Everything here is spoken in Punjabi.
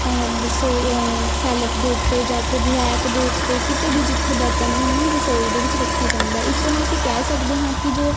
ਹੈ ਰਸੋ ਸੈਲਫ਼ ਦੇ ਉੱਤੇ ਜਾਂ ਫਿਰ ਰੈਕ ਦੇ ਉੱਤੇ ਕਿਤੇ ਵੀ ਜਿੱਥੇ ਬਰਤਨ ਨੂੰ ਰਸੋਈ ਦੇ ਵਿੱਚ ਰੱਖਿਆ ਜਾਂਦਾ ਹੈ ਇਸ ਤਰ੍ਹਾਂ ਅਸੀਂ ਕਹਿ ਸਕਦੇ ਹਾਂ ਕਿ ਜੋ